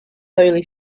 holy